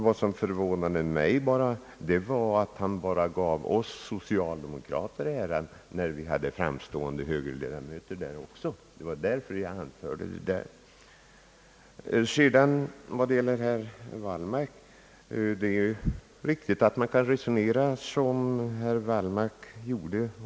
Vad som förvånade mig var att han gav oss socialdemokrater äran när vi hade framstående högerledamöter där också. Sedan några ord till herr Wallmark. Det är riktigt att man kan resonera så som herr Wallmark gjorde.